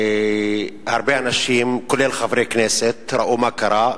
הרבה אנשים, כולל חברי כנסת, ראו מה קרה.